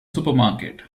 supermarket